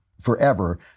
forever